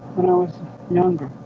when i was younger